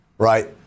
Right